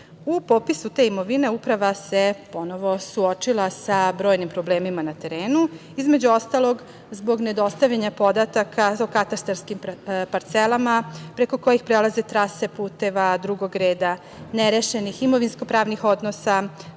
U popisu te imovine uprava se ponovo suočila sa brojnim problemima na terenu, između ostalog zbog nedostavljanja podataka, zbog katastearskih parcela preko kojih prelaze trase puteva drugog reda, nerešenih imovinsko-pravnih odnosa